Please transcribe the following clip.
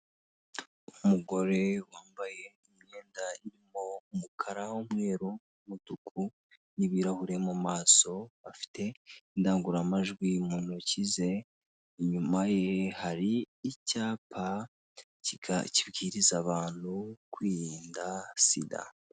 Umugore wambaye imyenda irimo umukara, umweru, umutuku n'ibirahure mu maso afite indangurura majwi mu ntoki ze, inyuma ye hari icyapa kibwiriza abantu kwirinda sida.